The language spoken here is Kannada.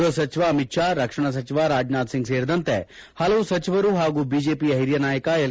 ಗ್ಬಹ ಸಚಿವ ಅಮಿತ್ಶಾ ರಕ್ಷಣಾ ಸಚಿವ ರಾಜನಾಥ್ಸಿಂಗ್ ಸೇರಿದಂತೆ ಹಲವು ಸಚಿವರು ಹಾಗೂ ಬಿಜೆಪಿಯ ಹಿರಿಯ ನಾಯಕ ಎಲ್